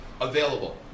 Available